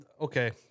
Okay